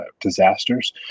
disasters